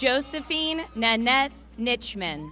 josephine nannette niche men